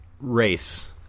race